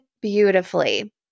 beautifully